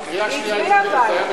הקריאה השנייה, הצביעה.